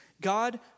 God